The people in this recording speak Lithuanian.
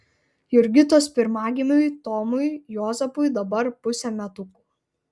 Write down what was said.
jurgitos pirmagimiui tomui juozapui dabar pusė metukų